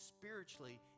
spiritually